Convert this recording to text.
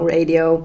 Radio